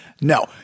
No